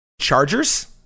Chargers